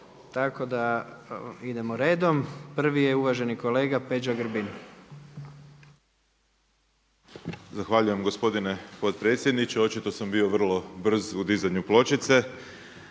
tako da idemo redom. Prvi je uvaženi kolega Peđa Grbin. **Grbin, Peđa (SDP)** Zahvaljujem gospodine potpredsjedniče, očito sam bio vrlo brz u dizanju pločice